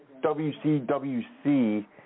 WCWC